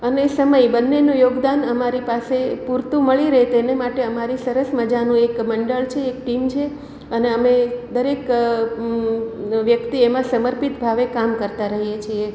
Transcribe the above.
અને સમય બંનેનું યોગદાન અમારી પાસે પૂરતું મળી રહે તેને માટે અમારી સરસ મજાનું એક મંડળ છે એક ટીમ છે અને અમે દરેક વ્યક્તિ એમાં સમર્પિત ભાવે કામ કરતા રહીએ છીએ